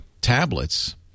tablets